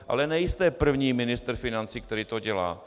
Ale nejste první ministr financí, který to dělá.